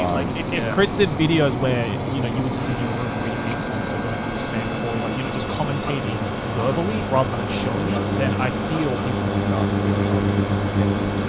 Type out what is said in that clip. if if chris did videos where, you know you were just in your room, reading hate comments or going through your spam, and or your like, you know, just commentating verbally rather than showing it, then i feel people would start to be like, oh this is kind of repetitive.